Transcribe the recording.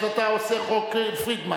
אז אתה עושה חוק פרידמן,